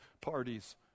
parties